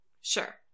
Sure